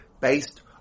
based